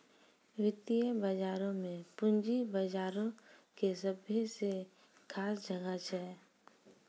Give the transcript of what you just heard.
वित्तीय बजारो मे पूंजी बजारो के सभ्भे से खास जगह छै